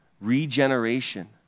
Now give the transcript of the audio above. regeneration